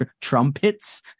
trumpets